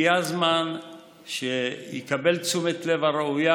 הגיע הזמן שיקבל את תשומת הלב הראויה.